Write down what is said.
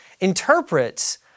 interprets